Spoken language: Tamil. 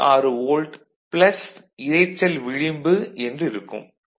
66 வோல்ட் ப்ளஸ் இரைச்சல் விளிம்பு என்றிருக்கும்